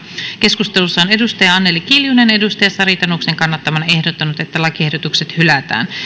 keskustelussa on anneli kiljunen sari tanuksen kannattamana ehdottanut että lakiehdotukset hylätään